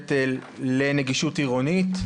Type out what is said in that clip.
המשותפת לנגישות עירונית.